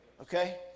Okay